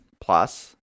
plus